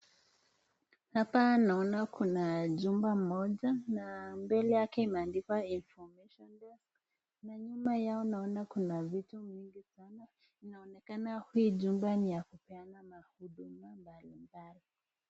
Hapa naona kuna chumba moja na mbele yake imeandikwa information desk na nyuma yao naona kuna vitu mingi sana. Inaonekana hii jumba ni ya kupeana na huduma mbalimbali.